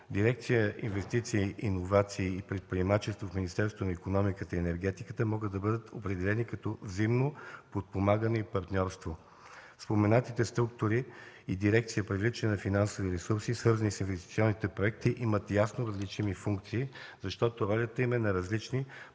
дирекция „Инвестиции, иновации и предприемачество” в Министерството на икономиката и енергетиката могат да бъдат определени като взаимно подпомагане и партньорство. Споменатите структури и дирекция „Привличане на финансови ресурси, свързани с инвестиционните проекти” имат ясно различими функции, защото ролята им е на различни, макар и